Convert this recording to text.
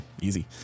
easy